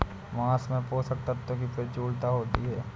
माँस में पोषक तत्त्वों की प्रचूरता होती है